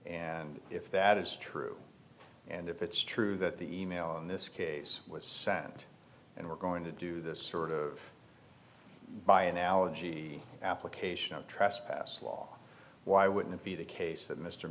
and if that is true and if it's true that the email in this case was sent and we're going to do this sort of by analogy application of trespass law why wouldn't it be the case that mr